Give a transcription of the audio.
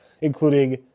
including